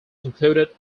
included